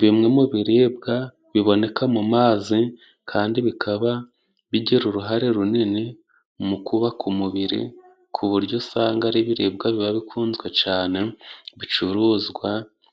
Bimwe mu biribwa biboneka mu mazi, kandi bikaba bigira uruhare runini mu kubaka umubiri ku buryo usanga ari biribwa biba bikunzwe cyane. Bicuruzwa